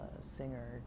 singer